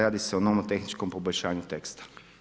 Radi se o nomotehničkom poboljšanju teksta.